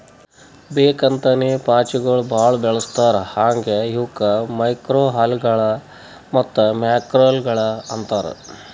ಬೇಕ್ ಅಂತೇನೆ ಪಾಚಿಗೊಳ್ ಭಾಳ ಜಾಸ್ತಿ ಬೆಳಸ್ತಾರ್ ಹಾಂಗೆ ಇವುಕ್ ಮೈಕ್ರೊಅಲ್ಗೇಗಳ ಮತ್ತ್ ಮ್ಯಾಕ್ರೋಲ್ಗೆಗಳು ಅಂತಾರ್